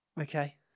Okay